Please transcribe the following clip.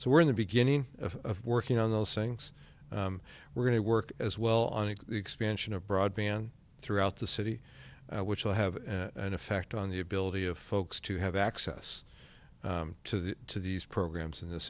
so we're in the beginning of working on those things we're going to work as well on the expansion of broadband throughout the city which will have an effect on the ability of folks to have access to that to these programs in this